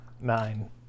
Nine